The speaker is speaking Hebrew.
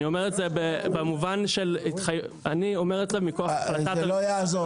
אני אומר את זה מכוח -- -בשם הממשלה.